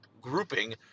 grouping